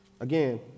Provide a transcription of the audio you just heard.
Again